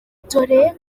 dore